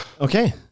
Okay